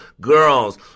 girls